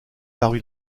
paru